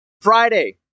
Friday